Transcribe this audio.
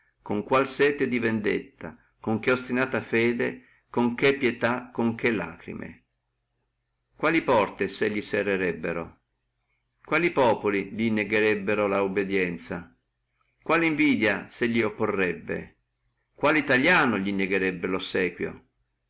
con che sete di vendetta con che ostinata fede con che pietà con che lacrime quali porte se li serrerebbano quali populi li negherebbano la obedienza quale invidia se li opporrebbe quale italiano li negherebbe lossequio